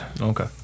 Okay